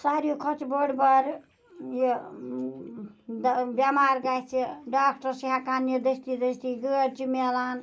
ساروے کھۄتہ چھُ بوٚڈ بارٕ یہِ بیٚمار گَژھِ ڈاکٹرس چھِ ہیٚکان نِتھ دستی دستی گٲڈۍ چھِ مِلان